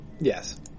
Yes